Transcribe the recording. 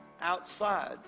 outside